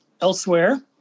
Elsewhere